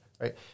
right